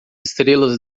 estrelas